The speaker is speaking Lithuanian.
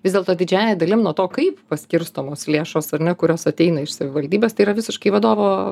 vis dėlto didžiąja dalimi nuo to kaip paskirstomos lėšos ar ne kurios ateina iš savivaldybės tai yra visiškai vadovo